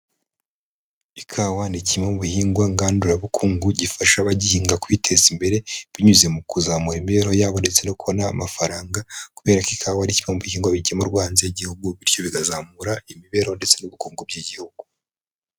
Ikawa ni kimwe mu bihingwa ngandurabukungu gifasha abagihinga kwiteza imbere, binyuze mu kuzamura imibereho yabo ndetse no kubona amafaranga kubera ko ikawa ari kimwe mu bihingwa bigemurwa hanze y'igihugu, bityo bikazamura imibereho ndetse n'ubukungu by'igihugu.